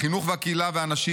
החינוך והקהילה והאנשים,